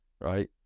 right